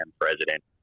president